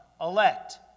elect